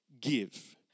give